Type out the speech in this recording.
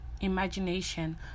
imagination